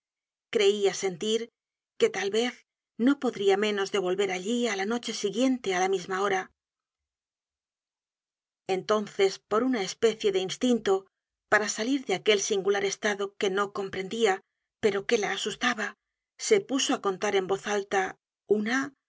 creia sentir que tal vez no podría menos de volver allí á la noche siguiente á la misma hora entonces por una especie de instinto para salir de aquel singular estado que no comprendia pero que la asustaba se puso á contar en voz alta una